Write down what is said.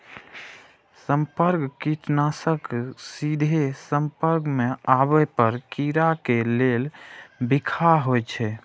संपर्क कीटनाशक सीधे संपर्क मे आबै पर कीड़ा के लेल बिखाह होइ छै